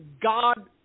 God